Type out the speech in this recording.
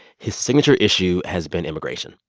his signature issue has been immigration.